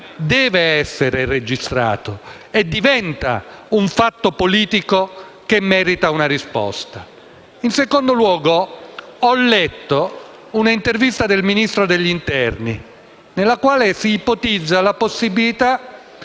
deve essere registrato e diventa un fatto politico che merita una risposta. In secondo luogo, ho letto un'intervista del Ministro dell'interno nella quale si ipotizza la possibilità